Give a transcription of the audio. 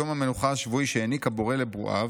יום המנוחה השבועי שהעניק הבורא לברואיו,